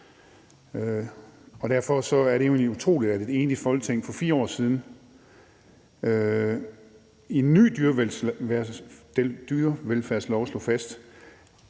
egentlig utroligt, at et enigt Folketing for 4 år siden i en ny dyrevelfærdslov slog fast,